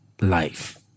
life